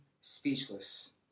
speechless